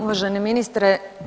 Uvaženi ministre.